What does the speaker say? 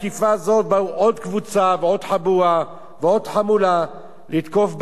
באו עוד קבוצה ועוד חבורה ועוד חמולה לתקוף באכזריות